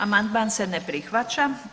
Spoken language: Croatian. Amandman se ne prihvaća.